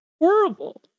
horrible